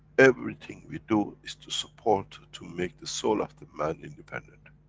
everything we do is to support, to make the soul of the man independent.